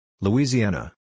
Louisiana